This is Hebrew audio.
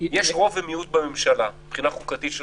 יש רוב ומיעוט בממשלה, מבחינה חוקתית.